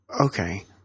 Okay